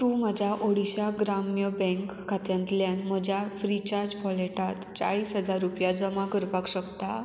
तूं म्हज्या ओडिशा ग्राम्य बँक खात्यांतल्यान म्हज्या फ्रीचार्ज वॉलेटांत चाळीस हजार रुपया जमा करपाक शकता